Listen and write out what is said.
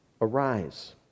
arise